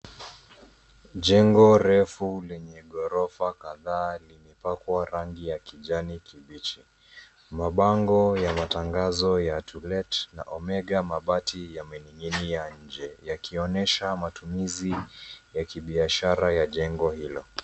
Jengo refu lenye ghorofa kadhaa limepakwa rangi ya kijani kibichi. Mabango ya matangazo ya to let na Omega mabati yamening'inia nje yakionyesha matumizi ya kibiashara ya jengo hilo.